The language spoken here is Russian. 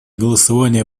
голосование